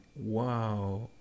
Wow